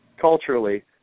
culturally